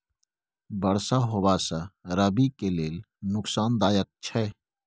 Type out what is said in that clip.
बरसा होबा से रबी के लेल नुकसानदायक छैय?